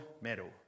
medal